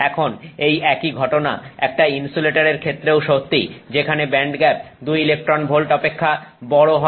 এখন এই একই ঘটনা একটা ইনসুলেটর এর ক্ষেত্রেও সত্যি যেখানে ব্যান্ডগ্যাপ 2 ইলেকট্রন ভোল্ট অপেক্ষা বড় হয়